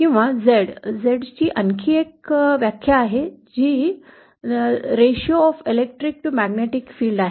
किंवा Z ही Z ची आणखी एक व्याख्या आहे जी विद्युत ते चुंबकीय क्षेत्राचे गुणोत्तर आहे